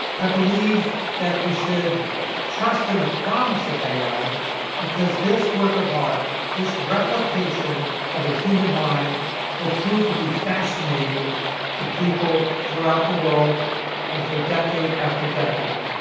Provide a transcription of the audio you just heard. i believe that we should trust in the promise of ai because this work of art, this replication of a human mind will prove to be fascinating to people throughout the world and for decade after decade.